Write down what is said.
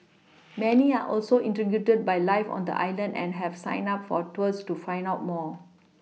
many are also intrigued by life on the island and have signed up for tours to find out more